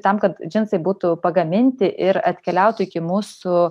tam kad džinsai būtų pagaminti ir atkeliautų iki mūsų